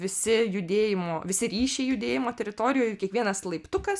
visi judėjimo visi ryšiai judėjimo teritorijoj kiekvienas laiptukas